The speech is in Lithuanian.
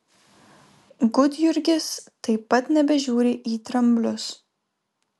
gudjurgis taip pat nebežiūri į dramblius